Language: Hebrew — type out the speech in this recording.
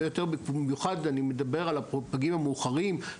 במיוחד אני מדבר על הפגים המאוחרים,